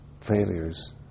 failures